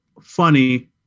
funny